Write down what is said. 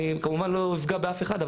אני כמובן לא אפגע באף אחד,